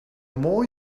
more